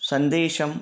सन्देशम्